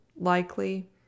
Likely